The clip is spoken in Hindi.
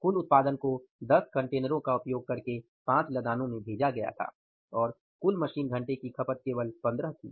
कुल उत्पादन को 10 कंटेनरों का उपयोग करके 5 लदानो में भेजा गया था और कुल मशीन घंटे की खपत केवल 15 थी